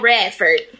Radford